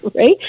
Right